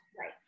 Right